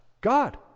God